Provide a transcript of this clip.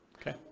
okay